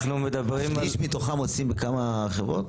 X מתוכם עושים בכמה חברות?